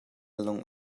lung